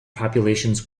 populations